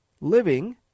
living